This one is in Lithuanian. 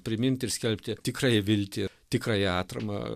priminti ir skelbti tikrąją viltį tikrąją atramą